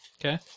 Okay